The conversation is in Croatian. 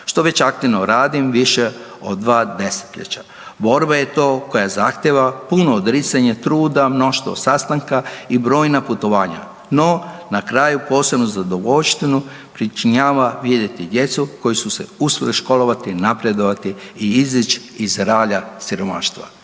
što već aktivno radim više od dva desetljeća, borba je to koja zahtijeva puno odricanja, truda, mnoštvo sastanaka i brojna putovanja, no kraju posebnu zadovoljštinu pričinjava vidjeti djecu koja su se uspjela školovati i napredovati i izić iz ralja siromaštva.